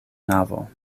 navo